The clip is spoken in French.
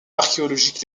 archéologiques